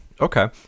Okay